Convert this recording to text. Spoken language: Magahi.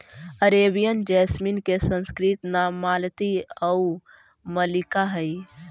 अरेबियन जैसमिन के संस्कृत नाम मालती आउ मल्लिका हइ